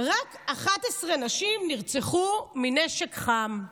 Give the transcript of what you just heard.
רק 11 נשים נרצחו מנשק חם.